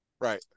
Right